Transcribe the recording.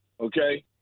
okay